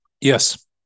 yes